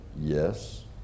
yes